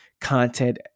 content